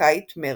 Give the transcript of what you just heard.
האמריקאית מרסר.